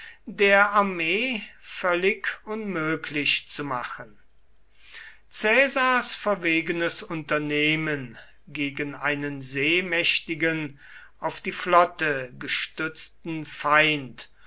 der armee völlig unmöglich zu machen caesars verwegenes unternehmen gegen einen seemächtigen auf die flotte gestützten feind